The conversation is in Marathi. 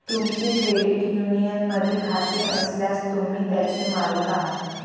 तुमचे क्रेडिट युनियनमध्ये खाते असल्यास, तुम्ही त्याचे मालक आहात